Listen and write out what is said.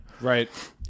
Right